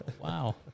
Wow